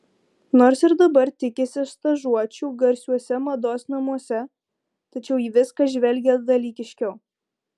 nors ir dabar tikisi stažuočių garsiuose mados namuose tačiau į viską žvelgia dalykiškiau